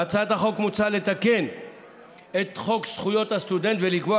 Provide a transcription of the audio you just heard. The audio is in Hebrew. בהצעת החוק מוצע לתקן את חוק זכויות הסטודנט ולקבוע